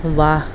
ৱাহ